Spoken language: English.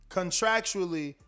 contractually